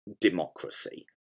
democracy